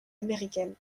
américaine